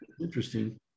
Interesting